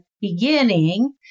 beginning